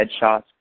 headshots